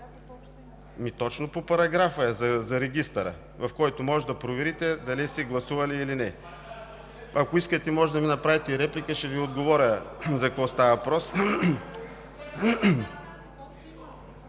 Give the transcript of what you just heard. точно по параграфа е, за Регистъра, в който може да проверите дали сте гласували или не. Ако искате може да ми направите реплика, ще Ви отговоря за какво става въпрос.